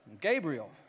Gabriel